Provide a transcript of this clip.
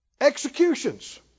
executions